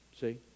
See